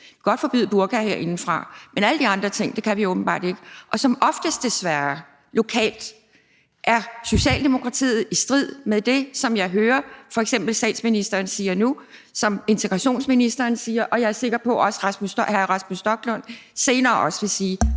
Vi kan godt forbyde burka herindefra, men alle de andre ting kan vi åbenbart ikke. Lokalt er Socialdemokratiet desværre som oftest i strid med det, som jeg hører f.eks. statsministeren sige nu, som udlændinge- og integrationsministeren siger, og som jeg er sikker på også hr. Rasmus Stoklund senere vil sige